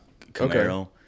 Camaro